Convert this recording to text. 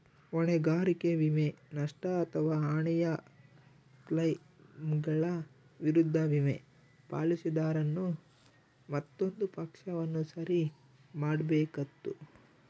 ಹೊಣೆಗಾರಿಕೆ ವಿಮೆ, ನಷ್ಟ ಅಥವಾ ಹಾನಿಯ ಕ್ಲೈಮ್ಗಳ ವಿರುದ್ಧ ವಿಮೆ, ಪಾಲಿಸಿದಾರನು ಮತ್ತೊಂದು ಪಕ್ಷವನ್ನು ಸರಿ ಮಾಡ್ಬೇಕಾತ್ತು